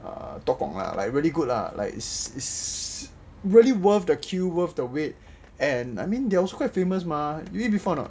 ah tok gong lah like really good lah like is is really worth the queue worth the wait and I mean they're also quite famous mah you need before or not